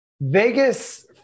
Vegas